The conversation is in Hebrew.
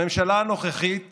הממשלה הנוכחית